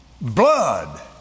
blood